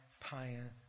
pioneer